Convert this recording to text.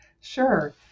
Sure